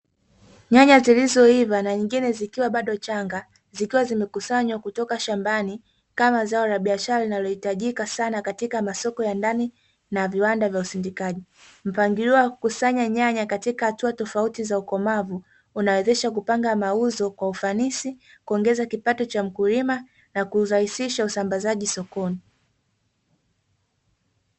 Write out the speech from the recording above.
Nyanya zilizoiva na nyingine zikiwa bado changa zikiwa zimekusanywa kutoka shambani kama zao la biashara linalohitajika sana katika masoko ya ndani na viwanda vya usindikaji. Mpangilio wa kukusanya nyanya katika hatua tofauti za ukomavu unawezesha kupanga mauzo kwa ufanisi, kuongeza kipato cha mkulima, na kurahisisha usambazaji sokoni.